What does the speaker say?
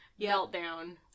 meltdown